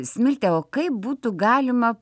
smilte o kaip būtų galima